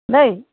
দেই